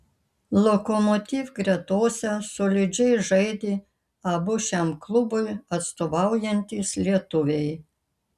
lokomotiv gretose solidžiai žaidė abu šiam klubui atstovaujantys lietuviai